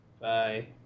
Bye